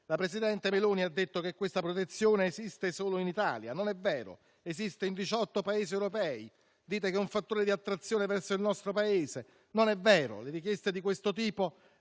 Il presidente Meloni ha detto che questa protezione esiste solo in Italia. Non è vero: esiste in 18 Paesi europei. Dite che è un fattore di attrazione verso il nostro Paese. Non è vero: le richieste di questo tipo